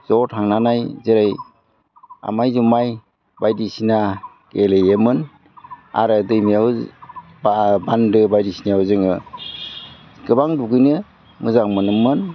ज' थांनानै जेरै आमाइ जुमाइ बायदिसिना गेलेयोमोन आरो दैमायाव बान्दो बायदिसिनायाव जोङो गोबां दुगैनो मोजां मोनोमोन